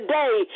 day